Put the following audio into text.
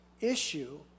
issue